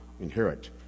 inherit